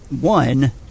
one